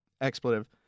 expletive